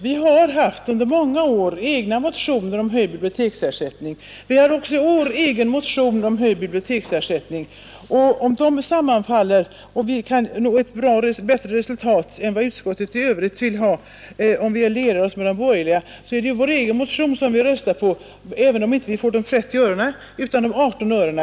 Vi har under många år väckt egna motioner om höjd biblioteksersättning, och vi har också i år väckt en egen sådan motion. Om våra önskemål sammanfaller med de borgerligas, och vi kan nå ett bättre resultat än utskottet i övrigt vill ha om vi lierar oss med de borgerliga, är det ändå principen i vår egen motion vi röstar på, även om vi inte i år får 30 öre utan 18 öre.